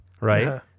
Right